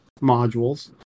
modules